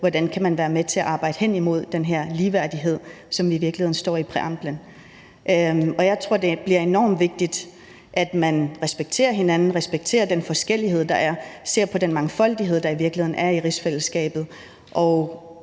hvordan man kan være med til at arbejde hen imod den her ligeværdighed, som i virkeligheden står i præamblen. Jeg tror, det bliver enormt vigtigt, at man respekterer hinanden, respekterer den forskellighed, der er, og ser på den mangfoldighed, der i virkeligheden er i rigsfællesskabet. Nu